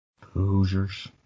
Hoosiers